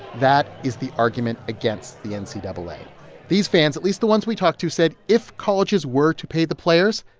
that is the argument against the and so and ncaa. like these fans at least the ones we talked to said if colleges were to pay the players,